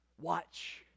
watch